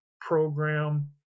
program